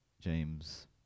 James